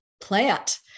plant